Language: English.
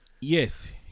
Yes